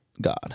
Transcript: God